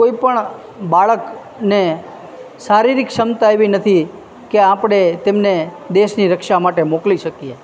કોઈપણ બાળકને શારીરિક ક્ષમતા એવી નથી કે આપણે તેમને દેશની રક્ષા માટે મોકલી શકીએ